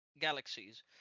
galaxies